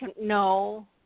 No